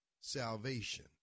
salvation